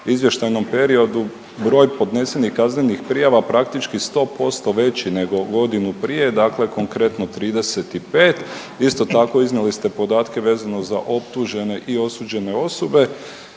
izvještajnom periodu broj podnesenih kaznenih prijava praktički 100% veći nego godinu prije, dakle konkretno 35, isto tako iznijeli ste podatke vezano za optužene i osuđene osobe.